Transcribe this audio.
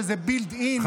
שזה built in,